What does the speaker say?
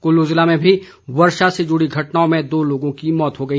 कुल्लू ज़िले में भी वर्षा से जुड़ी घटनाओं में दो लोगों की मौत हो गई